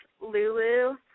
Lulu